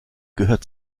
gehört